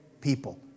people